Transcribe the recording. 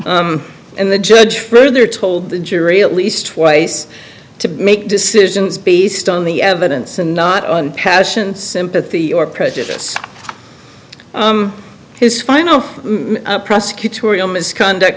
and the judge further told the jury at least twice to make decisions based on the evidence and not on passions sympathy or prejudice his final prosecutorial misconduct